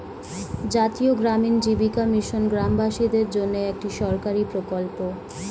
জাতীয় গ্রামীণ জীবিকা মিশন গ্রামবাসীদের জন্যে একটি সরকারি প্রকল্প